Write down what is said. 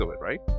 right